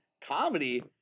comedy